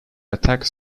attack